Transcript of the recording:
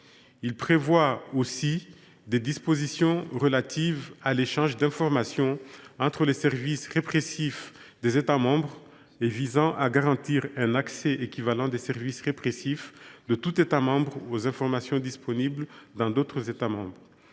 Il prévoit aussi des dispositions relatives à l’échange d’informations entre les services répressifs des pays de l’Union européenne et visant à garantir un accès équivalent des services répressifs de tout État membre aux informations disponibles dans d’autres États membres.